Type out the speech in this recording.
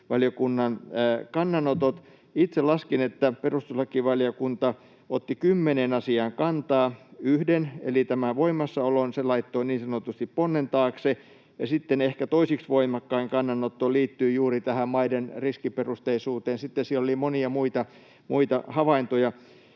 perustuslakivaliokunnan kannanotot. Itse laskin, että perustuslakivaliokunta otti kymmeneen asiaan kantaa. Yhden, tämän voimassaolon, se laittoi niin sanotusti ponnen taakse, ja sitten ehkä toiseksi voimakkain kannanotto liittyy juuri tähän maiden riskiperusteisuuteen, ja sitten siellä oli monia muita havaintoja.